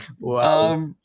wow